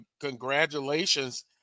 congratulations